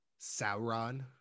Sauron